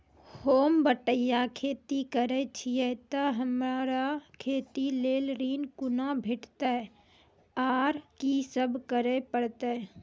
होम बटैया खेती करै छियै तऽ हमरा खेती लेल ऋण कुना भेंटते, आर कि सब करें परतै?